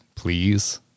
please